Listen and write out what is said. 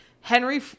Henry